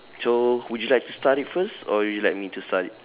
so would you like to start it first or would you like me to start it